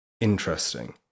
Interesting